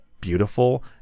beautiful